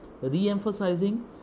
Re-emphasizing